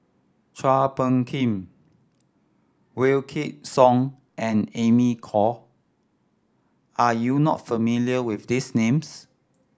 Chua Phung Kim Wykidd Song and Amy Khor are you not familiar with these names